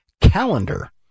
calendar